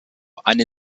eine